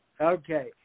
Okay